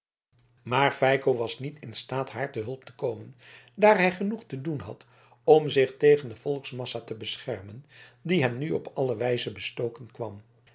maar feiko was niet in staat haar te hulp te komen daar hij genoeg te doen had om zich tegen de volksmassa te beschermen die hem nu op alle wijze bestoken kwam